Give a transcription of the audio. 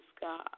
God